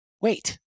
wait